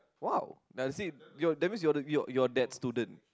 !wow! now you see you're that means you're you're that student